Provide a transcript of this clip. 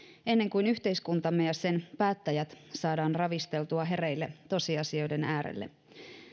ennen kuin yhteiskuntamme ja sen päättäjät saadaan ravisteltua hereille tosiasioiden äärelle